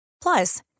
Plus